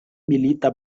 milita